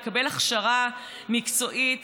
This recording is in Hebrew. לקבל הכשרה מקצועית